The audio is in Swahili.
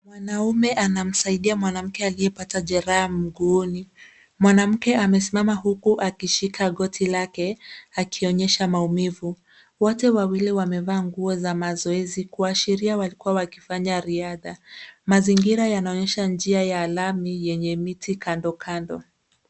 Mwanaume anamsaidia mwanamke aliyepata jeraha mguuni. Mwanamke amesimama huku akishika goti lake akionyesha maumivu. Wote wawili wamevaa nguo za mazoezi kuashiria walikua Wakifanya riadha. Mazingira yanaonyesha njia ya lami yenye miti kando kando.